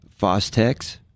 Fostex